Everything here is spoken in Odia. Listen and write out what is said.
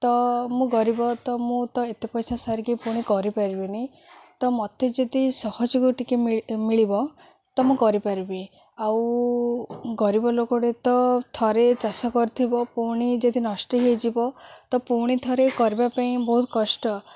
ତ ମୁଁ ଗରିବ ତ ମୁଁ ତ ଏତେ ପଇସା ସାରିକି ପୁଣି କରିପାରିବିନି ତ ମୋତେ ଯଦି ସହଯୋଗ ଟିକେ ମିଳିବ ତ ମୁଁ କରିପାରିବି ଆଉ ଗରିବ ଲୋକଟେ ତ ଥରେ ଚାଷ କରିଥିବ ପୁଣି ଯଦି ନଷ୍ଟି ହୋଇଯିବ ତ ପୁଣି ଥରେ କରିବା ପାଇଁ ବହୁତ କଷ୍ଟ